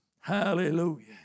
Hallelujah